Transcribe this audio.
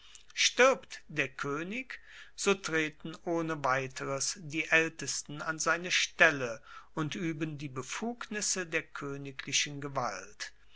stirbt der koenig so treten ohne weiteres die aeltesten an seine stelle und ueben die befugnisse der koeniglichen gewalt